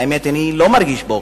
והאמת היא שאני לא מרגיש פה,